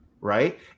right